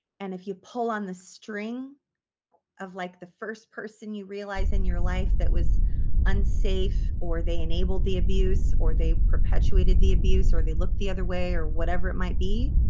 and if you pull on the string of like the first person you realize in your life that was unsafe or they enabled the abuse or they perpetuated the abuse or they look the other way or whatever it might be,